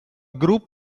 group